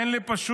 אין לי פשוט,